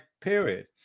period